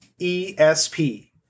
ESP